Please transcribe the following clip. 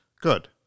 Good